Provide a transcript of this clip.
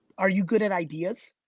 are you good at ideas?